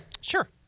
sure